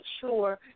sure